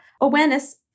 awareness